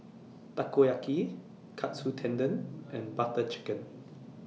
Takoyaki Katsu Tendon and Butter Chicken